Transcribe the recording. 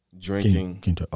Drinking